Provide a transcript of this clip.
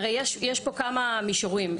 הרי יש פה כמה מישורים.